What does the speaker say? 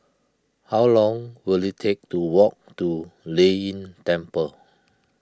how long will it take to walk to Lei Yin Temple